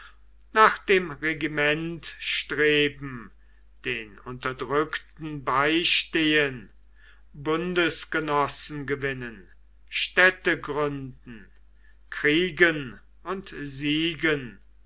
nach dem regiment streben den unterdrückten beistehen bundesgenossen gewinnen städte gründen kriegen und siegen